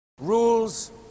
Rules